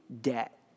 debt